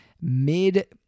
mid